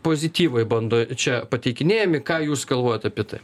pozityvai bando čia pateikinėjami ką jūs galvojot apie tai